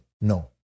No